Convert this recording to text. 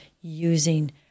using